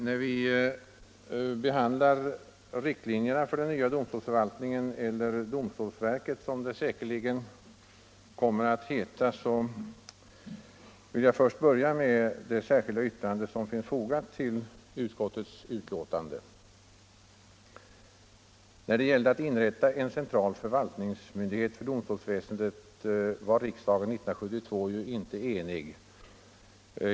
När vi behandlar riktlinjerna för den nya domstolsförvaltningen eller domstolsverket, som det säkerligen kommer att heta, vill jag börja med det särskilda yttrande som finns fogat till utskottets betänkande. Då det gällde att inrätta en central förvaltningsmyndighet för domstolsväsendet var riksdagen 1972 inte enig.